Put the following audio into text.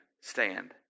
stand